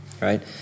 right